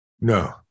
No